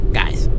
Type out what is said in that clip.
guys